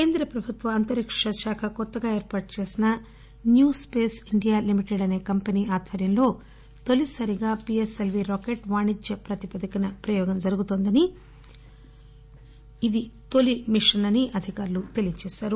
కేంద్ర ప్రభుత్వ అంతరిక్ష శాఖ కొత్తగా ఏర్పాటు చేసిన న్యూ స్పేస్ ఇండియా లిమిటెడ్ అసే కంపెనీ ఆధ్వర్యంలో తొలిసారిగా పీఎస్ఎల్వీ వాణిజ్య ప్రాతిపదికన ప్రయోగ నిర్వహిస్తోందని ఇది తొలీ మిషన్ అనీ అధికారులు చెప్పారు